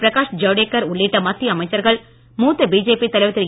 பிரகாஷ் ஜவ்டேக்கர் உள்ளிட்ட மத்திய அமைச்சர்கள் மூத்த பிஜேபி தலைவர் திரு